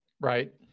Right